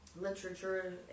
literature